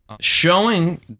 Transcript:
showing